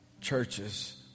churches